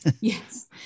Yes